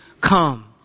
Come